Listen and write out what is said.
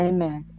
Amen